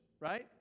right